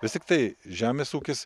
vis tiek tai žemės ūkis